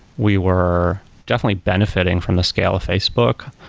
we were definitely benefiting from the scale of facebook.